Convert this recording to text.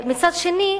מצד שני,